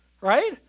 right